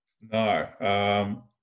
No